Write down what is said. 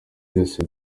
byose